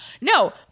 No